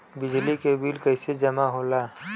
बिजली के बिल कैसे जमा होला?